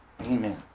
Amen